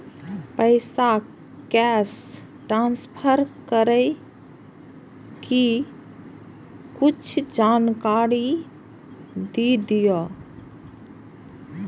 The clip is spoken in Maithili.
पैसा कैश ट्रांसफर करऐ कि कुछ जानकारी द दिअ